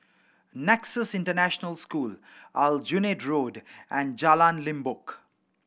Nexus International School Aljunied Road and Jalan Limbok